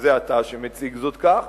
וזה אתה שמציג זאת כך,